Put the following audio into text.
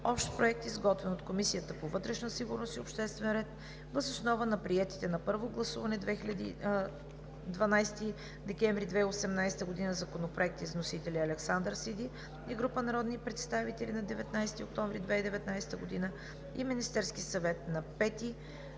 Общ проект, изготвен от Комисията по вътрешна сигурност и обществен ред, въз основа на приетите на първо гласуване на 12 декември 2018 г. законопроекти с вносители: Александър Сиди и група народни представители, 9 октомври 2018 г.; Министерския съвет, 5